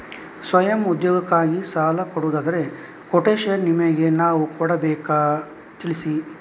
ಸ್ವಯಂ ಉದ್ಯೋಗಕ್ಕಾಗಿ ಸಾಲ ಕೊಡುವುದಾದರೆ ಕೊಟೇಶನ್ ನಿಮಗೆ ನಾವು ಕೊಡಬೇಕಾ ತಿಳಿಸಿ?